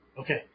Okay